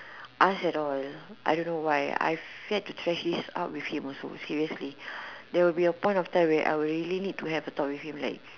ask at all I don't know why I feel like trash this out with him also seriously there will be a point of time where I'll really need to have a talk with him like